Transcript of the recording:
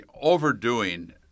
overdoing